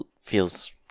feels